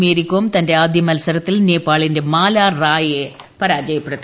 മേരികോം തന്റെ ആദ്യ മത്സരത്തിൽ നേപ്പാളിന്റെ മാലാ റായിയെ പരാജയപ്പെടുത്തി